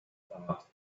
thought